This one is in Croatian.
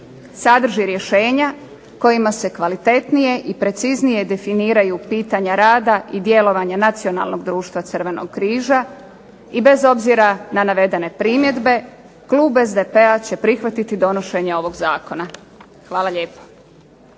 sadrži rješenja kojima se kvalitetnije i preciznije definiraju pitanja rada i djelovanja Nacionalnog društva Crvenog križa i bez obzira na navedene primjedbe klub SDP-a će prihvatiti donošenje ovog zakona. Hvala lijepo.